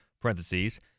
parentheses